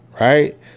Right